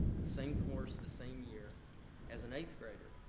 the same course, the same year as an eighth grader,